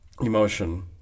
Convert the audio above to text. Emotion